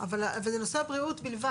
אבל זה נושא הבריאות בלבד.